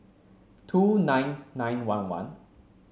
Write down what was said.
two nine nine one one